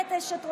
אישית,